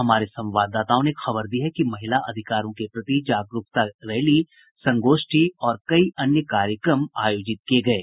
हमारे संवाददाताओं ने खबर दी है कि महिला अधिकारों के प्रति जागरूकता के लिए रैली संगोष्ठी और कई अन्य कार्यक्रम आयोजित किये गये